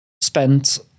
spent